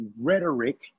rhetoric